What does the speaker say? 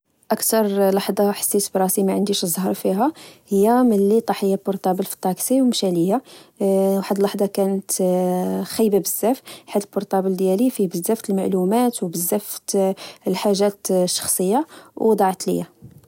أكتر لحظة حسيت براسي ما عنديش الزهر فيها هي ملي طاح البورطابل في الطاكسي ومشا لي واحد اللحظة كانت خايبة بزاف حيت البورطابل ديالي فيه بزاف المعلومات وبزاف الحاجات الشخصية وضاعت ليا